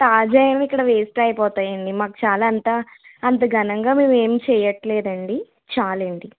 తాజా ఏమి ఇక్కడ వేస్ట్ అయిపోతాయి అండి మాకు చాలా అంత అంత ఘనంగా మేము ఏమి చేయట్లేదు అండి చాలు అండి